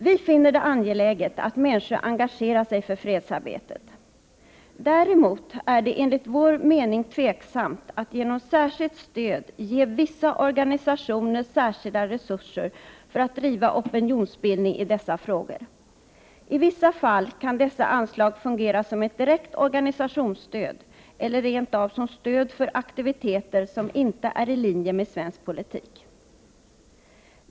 Vi finner det angeläget att människor engagerar sig i fredsarbetet. Däremot är det enligt vår mening tvivelaktigt att genom särskilt stöd ge vissa organisationer särskilda resurser för att driva opinionsbildning i dessa frågor. I vissa fall kan dessa anslag fungera som ett direkt organisationsstöd eller rent av som stöd för aktiviteter som inte är i linje med svensk politik.